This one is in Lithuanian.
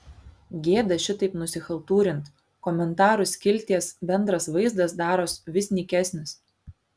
gėda šitaip nusichaltūrint komentarų skilties bendras vaizdas daros vis nykesnis